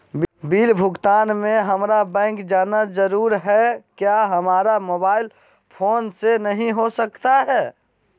Bill भुगतान में हम्मारा बैंक जाना जरूर है क्या हमारा मोबाइल फोन से नहीं हो सकता है?